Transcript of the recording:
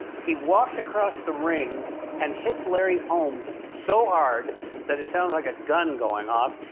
he walks across the ring and hits larry holmes so hard that it sounds like a gun going off.